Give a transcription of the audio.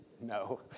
No